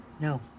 No